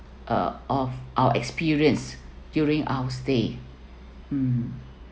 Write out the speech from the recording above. uh of our experience during our stay um